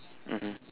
mmhmm